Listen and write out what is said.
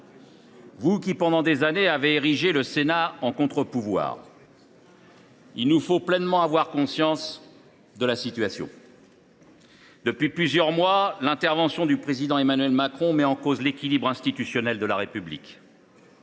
Pendant des années, vous avez érigé le Sénat en contre pouvoir. Il nous faut avoir pleinement conscience de la situation. Depuis plusieurs mois, l’intervention du président Emmanuel Macron met en cause l’équilibre institutionnel de la République.